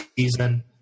season